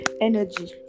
energy